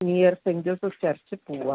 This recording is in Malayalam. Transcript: near saint Joseph church Poovam